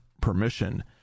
permission